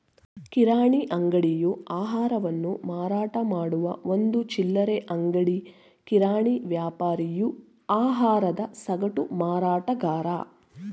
ಕಿರಾಣಿ ಅಂಗಡಿಯು ಆಹಾರವನ್ನು ಮಾರಾಟಮಾಡುವ ಒಂದು ಚಿಲ್ಲರೆ ಅಂಗಡಿ ಕಿರಾಣಿ ವ್ಯಾಪಾರಿಯು ಆಹಾರದ ಸಗಟು ಮಾರಾಟಗಾರ